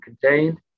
contained